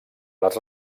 les